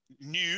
new